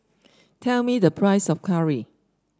tell me the price of curry